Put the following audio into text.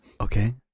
Okay